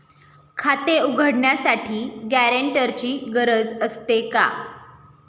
खाते उघडण्यासाठी गॅरेंटरची गरज असते का?